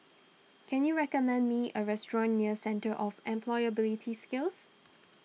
can you recommend me a restaurant near Centre of Employability Skills